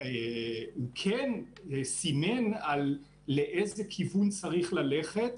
הוא כן סימן לאיזה כיוון צריך ללכת,